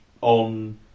on